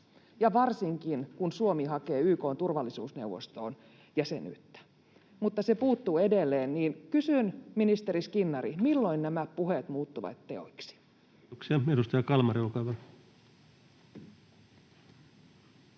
varsinkin kun Suomi hakee YK:n turvallisuusneuvoston jäsenyyttä. Mutta se puuttuu edelleen, ja kysyn, ministeri Skinnari: milloin nämä puheet muuttuvat teoiksi? Kiitoksia.